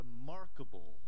remarkable